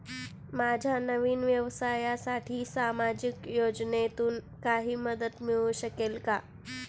माझ्या नवीन व्यवसायासाठी सामाजिक योजनेतून काही मदत मिळू शकेल का?